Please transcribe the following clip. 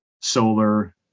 solar